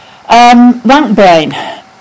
RankBrain